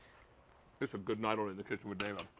is a good night on in the kitchen with david.